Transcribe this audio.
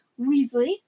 Weasley